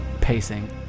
pacing